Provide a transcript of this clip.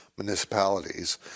municipalities